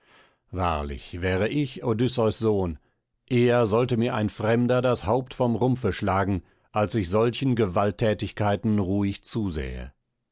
wahrlich wäre ich des odysseus sohn eher sollte mir ein fremder das haupt vom rumpfe schlagen als ich solchen gewaltthätigkeiten ruhig zusähe